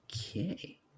Okay